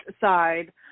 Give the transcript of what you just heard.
side